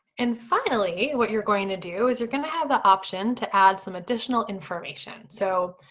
and finally, what you're going to do, is you're gonna have the option to add some additional information. so,